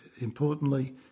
importantly